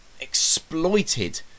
exploited